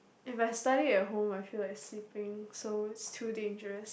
if I study at home I feel like sleeping so it's too dangerous